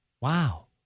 Wow